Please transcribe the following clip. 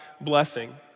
blessing